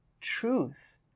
truth